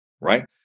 right